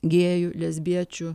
gėjų lesbiečių